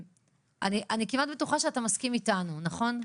אני כמעט בטוחה שאתה מסכים איתנו, נכון?